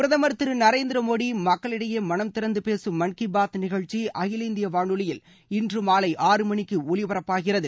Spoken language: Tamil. பிரதம் திரு நரேந்திரமோடி மக்களிடையே மனம் திறந்து பேசும் மன் கி பாத் நிகழ்ச்சி அகில இந்திய வானொலியில் இன்று மாலை ஆறு மணிக்கு ஒலிபரப்பாகிறது